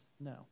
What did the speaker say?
no